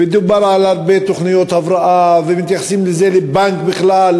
ודובר על הרבה תוכניות הבראה ומתייחסים לזה כאל בנק בכלל,